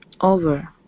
over